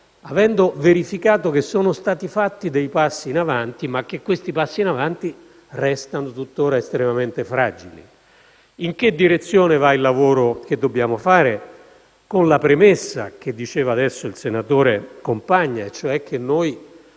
Avendo verificato che sono stati fatti dei passi in avanti, ma che questi passi restano tuttora fragili, in che direzione va il lavoro che dobbiamo fare? Con la premessa che ha ricordato il senatore Compagna e cioè che noi